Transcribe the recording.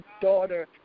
daughter